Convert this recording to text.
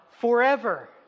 forever